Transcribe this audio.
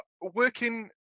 working